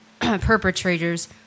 perpetrators